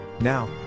Now